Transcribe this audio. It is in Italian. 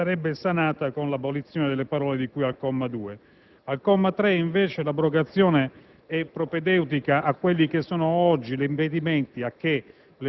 sarebbe sanata con l'abolizione delle parole di cui al comma 2. Al comma 3, invece, l'abrogazione è propedeutica a superare gli impedimenti che